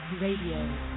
Radio